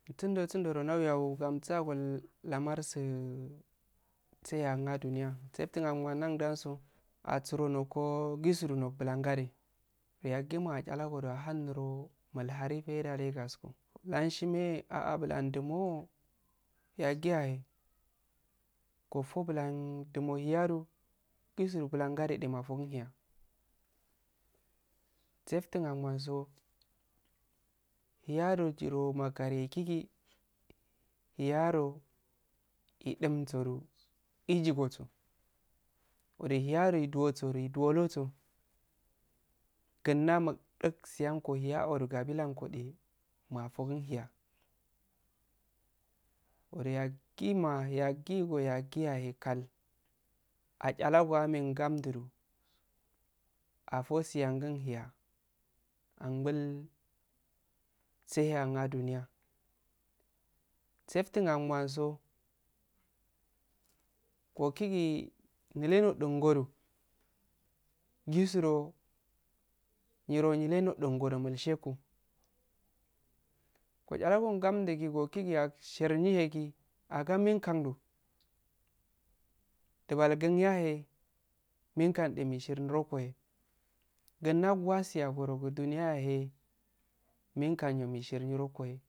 Tunddo-tunssorow ndawgago ugamsu agol lamarensu ehna ah duniya tafsuangol ndwduaso asuro noqogisiro nogu bulangade yagima asharago ahun niro milharu faidda layi gakoso lanshime ah ah bulan dumoow yagiya eh gofo bulan duwo ya gigiro bulangade mafoki ndeya tfsiyangumoso yahro jiro makariye ehgigi yaro edumso ejigoroso wure yaro edureso iduwo loso gun nna madun siyanggo yangoh qabilangode mafoginheya wuhe yaguma yaguiya eh kal asharago athe ngam ddu afosiyaggun liya angul tsiyyan hen ah duniya tsaftun anguwando kgokigi nile nodun go doh jisu do niro nile noduwango mulshekum gosharago nsamddugi kgokgi yawsher nihegi ahge meh kkan do duban ngun yaya eh mikal enshe rekol he gunnagi angoro nye ya ya eh ganshi ya